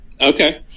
Okay